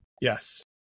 Yes